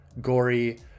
Gory